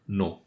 no